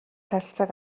харилцааг